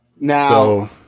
Now